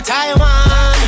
Taiwan